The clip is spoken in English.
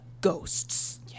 ghosts